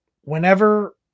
whenever